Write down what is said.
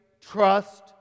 trust